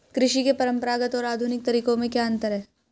कृषि के परंपरागत और आधुनिक तरीकों में क्या अंतर है?